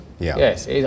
Yes